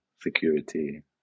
security